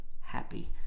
happy